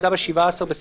של עד חמישה עובדים.